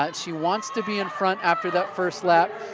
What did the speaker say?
but she wants to be in front after the first lap.